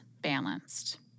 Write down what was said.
balanced